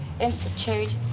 Institute